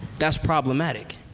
that's problematic.